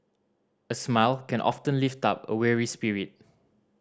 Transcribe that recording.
a smile can often lift up a weary spirit